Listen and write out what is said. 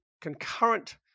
concurrent